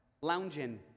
lounging